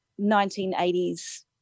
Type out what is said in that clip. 1980s